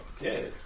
Okay